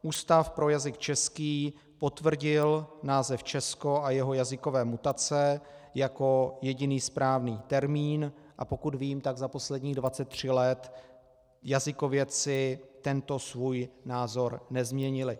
Ústav pro jazyk český potvrdil název Česko a jeho jazykové mutace jako jediný správný termín, a pokud vím, tak za posledních 23 let jazykovědci tento svůj názor nezměnili.